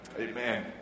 amen